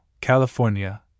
California